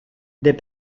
des